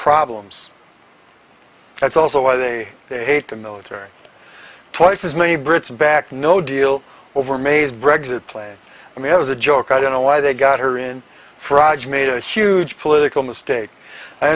problems that's also why they hate the military twice as many brits back no deal over may's brags that plan i mean it was a joke i don't know why they got her in frog made a huge political mistake i